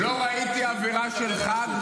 לא ראיתי אווירה של חג,